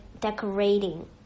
decorating